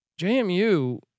JMU